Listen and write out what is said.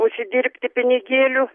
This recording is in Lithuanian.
užsidirbti pinigėlių